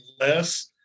less